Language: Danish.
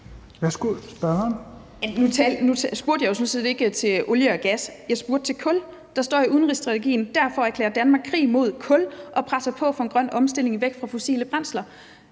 Marie Bjerre (V): Nu spurgte jeg jo sådan set ikke til olie og gas. Jeg spurgte til kul. Der står i udenrigsstrategien: »Derfor erklærer Danmark krig mod kul og presser på for en grøn omstilling væk fra fossile brændstoffer.«